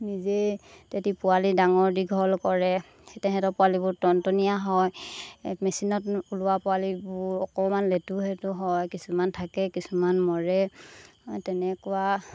নিজেই তাহাঁতে পোৱালী ডাঙৰ দীঘল কৰে তাহাঁতৰ পোৱালিবোৰ টনটনীয়া হয় মেচিনত ওলোৱা পোৱালিবোৰ অকণমান লেতু সেতু হয় কিছুমান থাকে কিছুমান মৰে তেনেকুৱা